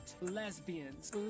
lesbians